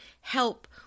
help